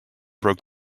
broke